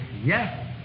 Yes